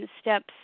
steps